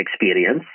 experience